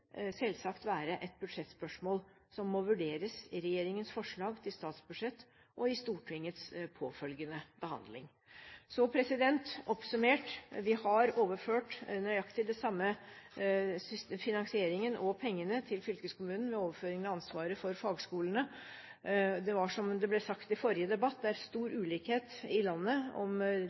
selvsagt være et budsjettspørsmål som må vurderes i regjeringens forslag til statsbudsjett og i Stortingets påfølgende behandling. Så oppsummert: Vi har overført nøyaktig den samme finansieringen, og pengene, til fylkeskommunene med overføringen av ansvaret for fagskolene. Det er, som det ble sagt i forrige debatt, stor ulikhet i landet